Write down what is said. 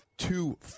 two